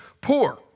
poor